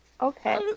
Okay